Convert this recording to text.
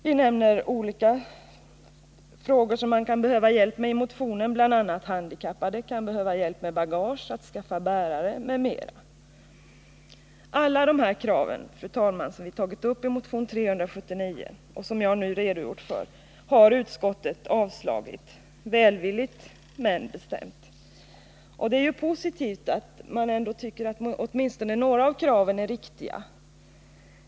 Vi nämner i motionen bl.a. handikappade som kan behöva hjälp med bagage, hjälp att skaffa bärare m.m. Alla dessa krav, fru talman, som vi tagit upp i motion 379, har utskottet avstyrkt, välvilligt men bestämt. Det är ju positivt att man ändå tycker att åtminstone några av kraven är riktiga.